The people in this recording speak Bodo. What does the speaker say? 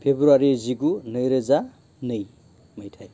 फेब्रुवारि जिगु नैरोजा नै मायथाइ